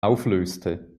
auflöste